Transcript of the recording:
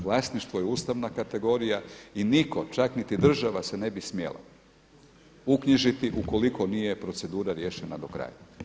Vlasništvo je ustavna kategorija i niko, čak niti država se ne bi smjela uknjižiti ukoliko nije procedura riješena do kraja.